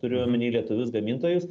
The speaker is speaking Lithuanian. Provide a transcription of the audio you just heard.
turiu omeny lietuvius gamintojus